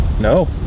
No